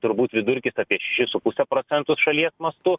turbūt vidurkis apie šešis su puse procento šalies mastu